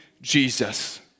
Jesus